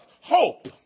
Hope